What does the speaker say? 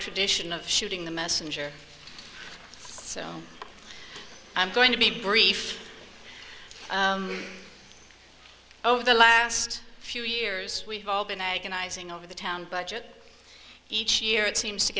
tradition of shooting the messenger so i'm going to be brief over the last few years we've all been agonizing over the town budget each year it seems to